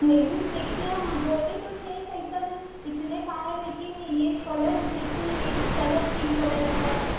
नहीं देखिए हम बोले तो थे साइकल इतने का है लेकिन ये कलर देखिए ये कलर पिंक कलर का है तो